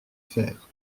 fer